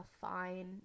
fine